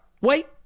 Wait